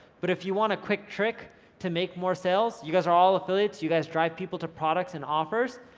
but if you want a quick trick to make more sales, you guys are all affiliates. you guys drive people to products and offers.